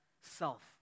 self